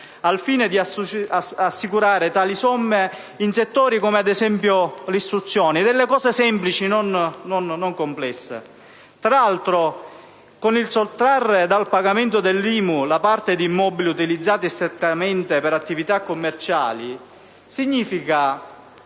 risorse da destinare a settori come ad esempio l'istruzione, per cose semplici, non complesse. Tra l'altro, sottrarre dal pagamento dell'IMU la parte di immobili utilizzati strettamente per attività commerciali significa